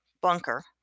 bunker